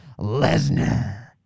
Lesnar